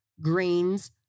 grains